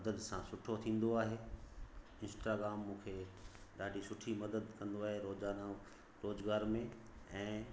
मदद सां सुठो थींदो आहे इंस्टाग्राम मूंखे ॾाढी सुठी मदद कंदो आहे रोज़ाना रोज़गार में ऐं